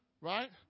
Right